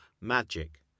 Magic